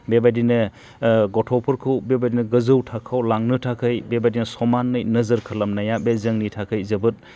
बेबादिनो गथ'फोरखौ बेबादिनो गोजौ थाखोआव लांनो थाखाय बेबादिनो समानै नोजोर खालामनाया बे जोंनि थाखाय जोबोद